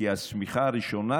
כי השמיכה הראשונה,